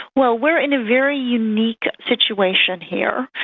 well, we are in a very unique situation here,